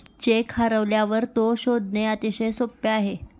check हरवल्यावर तो शोधणे अतिशय सोपे आहे